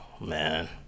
man